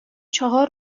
چهار